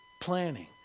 planning